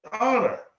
honor